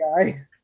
guy